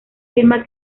firma